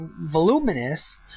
voluminous